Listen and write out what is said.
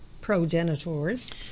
progenitors